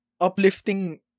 uplifting